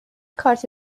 کارت